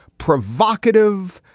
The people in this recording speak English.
provocative,